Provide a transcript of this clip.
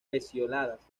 pecioladas